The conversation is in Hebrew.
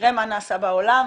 נראה מה נעשה בעולם,